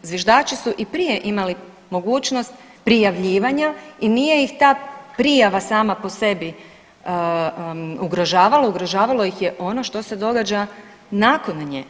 Zviždači su i prije imali mogućnost prijavljivanja i nije ih ta prijava sama po sebi ugrožavala, ugrožavalo ih je ono što se događa nakon nje.